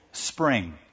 spring